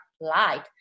light